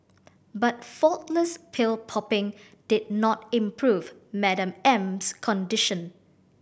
but faultless pill popping did not improve Madam M's condition